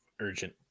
urgent